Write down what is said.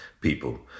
people